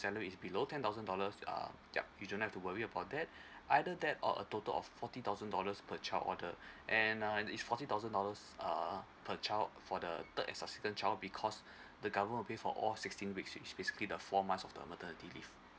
salary is below ten thousand dollars uh yup you do not have to worry about that either that or a total of forty thousand dollars per child order and err is forty thousand dollars uh per child for the third and subsequent child because the government will pay for all sixteen weeks which basically the four months of the maternity leave